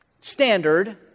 standard